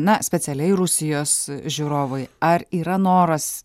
na specialiai rusijos žiūrovui ar yra noras